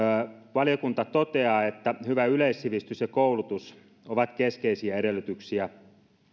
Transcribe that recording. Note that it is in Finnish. valiokunta toteaa että hyvä yleissivistys ja koulutus ovat keskeisiä edellytyksiä